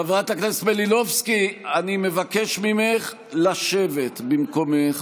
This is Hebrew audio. חברת הכנסת מלינובסקי, אני מבקש ממך לשבת במקומך.